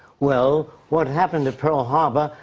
well, what happened at pearl harbor?